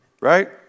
Right